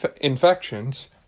infections